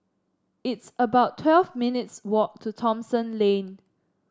it's about twelve minutes' walk to Thomson Lane